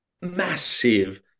massive